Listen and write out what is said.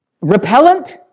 repellent